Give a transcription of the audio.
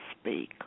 speak